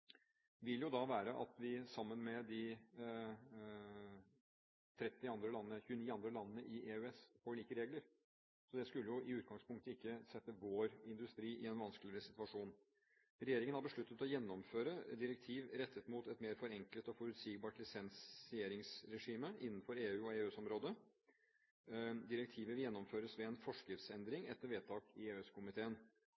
være at vi sammen med de 29 andre landene i EØS får like regler. Så det skulle jo i utgangspunktet ikke sette vår industri i en vanskeligere situasjon. Regjeringen har besluttet å gjennomføre et direktiv rettet mot et mer forenklet og forutsigbart lisensieringsregime innenfor EU- og EØS-området. Direktivet vil gjennomføres ved en forskriftsendring